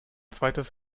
zweites